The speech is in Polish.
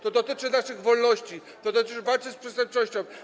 To dotyczy naszych wolności, dotyczy walki z przestępczością.